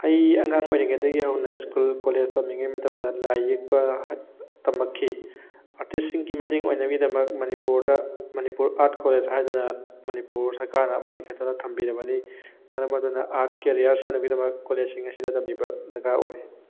ꯑꯩ ꯑꯉꯥꯡ ꯑꯣꯏꯔꯤꯉꯩꯗꯒꯤ ꯍꯧꯅ ꯁ꯭ꯀꯨꯜ ꯀꯣꯂꯦꯖ ꯇꯝꯂꯤꯉꯩ ꯃꯇꯝꯗ ꯂꯥꯏ ꯌꯦꯛꯄ ꯇꯝꯂꯛꯈꯤ ꯑꯥꯔꯇꯤꯁꯁꯤꯡꯒꯤ ꯃꯇꯦꯡ ꯑꯣꯏꯅꯕꯒꯤꯗꯃꯛ ꯃꯅꯤꯄꯨꯔꯗ ꯃꯅꯤꯄꯨꯔ ꯑꯥꯔꯠ ꯀꯣꯂꯦꯖ ꯍꯥꯏꯗꯅ ꯃꯅꯤꯄꯨꯔ ꯁꯔꯀꯥꯔꯅ ꯑꯃ ꯂꯤꯡꯈꯠꯇꯨꯅ ꯊꯝꯕꯤꯔꯕꯅꯤ ꯃꯔꯝ ꯑꯗꯨꯅ ꯑꯥꯔꯠ ꯀꯦꯔꯤꯌꯥꯔ ꯁꯦꯝꯅꯕꯒꯤꯗꯃꯛ ꯀꯣꯂꯦꯖꯁꯤꯡ ꯑꯁꯤꯗ ꯇꯝꯕꯤꯕ ꯗꯔꯀꯥꯔ ꯑꯣꯏ